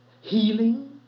healing